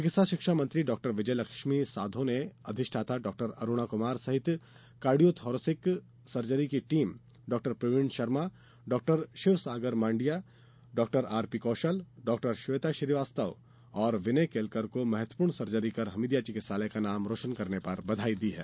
चिकित्सा शिक्षा मंत्री डॉ विजयलक्ष्मी साधौ ने अधिष्ठाता डॉ अरूणा कुमार सहित कार्डियोथोरेसिक सर्जरी की टीम डॉ प्रवीण शर्मा डॉ शिवसागर मांडिया डॉ आरपी कौशल डॉ श्वेता श्रीवास्तव और विनय केलकर को महत्वपूर्ण सर्जरी कर हमीदिया चिकित्सालय का नाम रौशन करने पर बधाई दी है